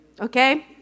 Okay